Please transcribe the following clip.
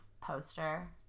poster –